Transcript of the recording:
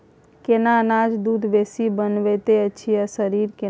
केना अनाज दूध बेसी बनबैत अछि आ शरीर केना?